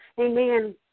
Amen